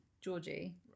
Georgie